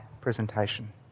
presentation